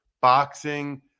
boxing